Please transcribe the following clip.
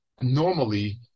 normally